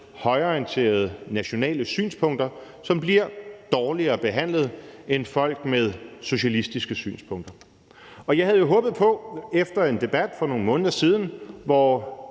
højreorienterede, nationale synspunkter, som bliver dårligere behandlet end folk med socialistiske synspunkter. Jeg havde jo håbet på efter en debat for nogle måneder siden, hvor